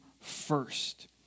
first